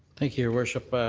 thank you, your worship.